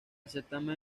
certamen